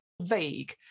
vague